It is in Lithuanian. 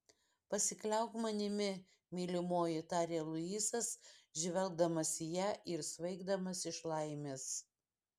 pasikliauk manimi mylimoji tarė luisas žvelgdamas į ją ir svaigdamas iš laimės